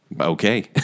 Okay